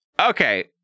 okay